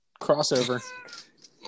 crossover